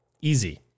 Easy